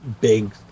big